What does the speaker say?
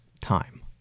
time